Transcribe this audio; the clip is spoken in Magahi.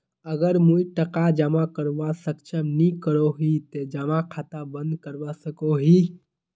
अगर मुई टका जमा करवात सक्षम नी करोही ते जमा खाता बंद करवा सकोहो ही?